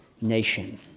nation